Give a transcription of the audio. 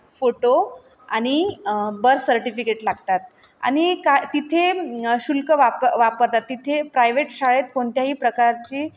photo आणि birth certificate लागतात आणि काय तिथे शुल्क वाप वापरतात तिथे प्रायव्हेट शाळेत कोणत्याही प्रकारची